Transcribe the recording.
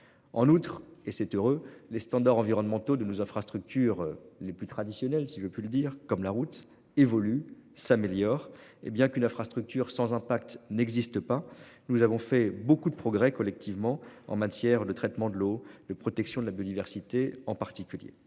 En outre, et c'est heureux, les standards environnementaux de nos infrastructures les plus traditionnels, si je peux le dire comme la route évolue, s'améliore. Hé bien qu'une infrastructure sans impact n'existe pas. Nous avons fait beaucoup de progrès collectivement en matière de traitement de l'eau le protection de la biodiversité en particulier